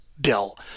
bill